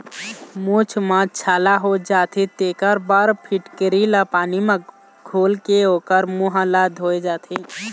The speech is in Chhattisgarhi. मूंह म छाला हो जाथे तेखर बर फिटकिरी ल पानी म घोलके ओखर मूंह ल धोए जाथे